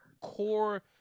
core